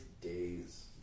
days